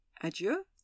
Adieu